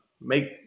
make